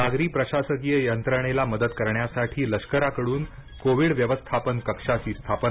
नागरी प्रशासकीय यंत्रणेला मदत करण्यासाठी लष्कराकडून कोविड व्यवस्थापन कक्षाची स्थापना